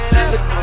Look